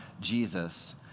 Jesus